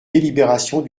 délibérations